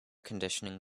conditioning